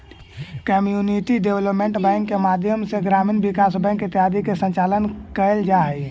community development bank के माध्यम से ग्रामीण विकास बैंक इत्यादि के संचालन कैल जा हइ